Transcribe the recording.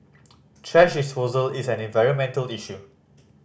thrash disposal is an environmental issue